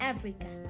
Africa